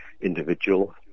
individual